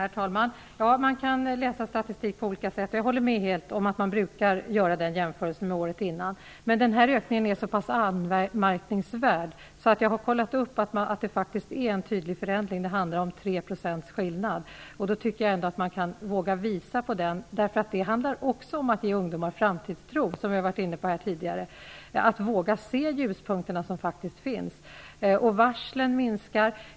Herr talman! Ja, man kan läsa statistik på olika sätt. Jag vet att man brukar göra en jämförelse med det föregående året. Men den här ökningen är anmärkningsvärd. Det handlar om 3 % skillnad; jag har kollat upp att det faktiskt är en tydlig förändring. Då tycker jag att man kan visa på den. Det handlar ju också om att ge ungdomar en framtidstro, vilket vi har varit inne på tidigare. Det gäller att våga se de ljuspunkter som faktiskt finns. Varslen minskar.